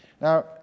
Now